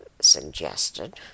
suggested